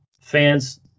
fans